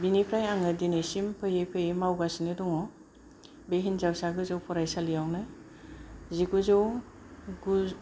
बेनिफ्राय आं दिनैसिम फैयै फैयै मावगासिनो दङ बे हिनजावसा गोजौ फरायसालियावनो जिगुजौ गु